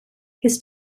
his